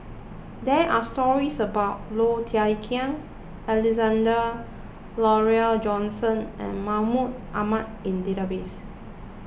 there are stories about Low Thia Khiang Alexander Laurie Johnston and Mahmud Ahmad in database